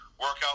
workout